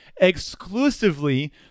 exclusively